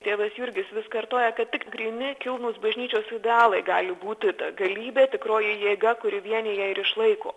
tėvas jurgis vis kartoja kad tik gryni kilnūs bažnyčios idealai gali būti ta galybė tikroji jėga kuri vienija ir išlaiko